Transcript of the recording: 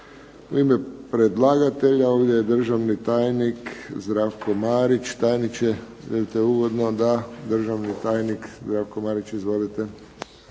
U ime predlagatelja ovdje je državni tajnik Zdravko Marić. Tajniče, želite uvodno? Da. Državni tajnik Zdravko Marić, izvolite.